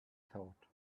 thought